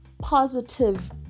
positive